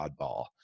oddball